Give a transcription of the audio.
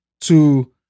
to-